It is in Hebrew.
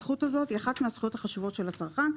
הזכות הזאת היא אחת הזכויות החשובות של הצרכן.